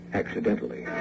accidentally